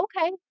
okay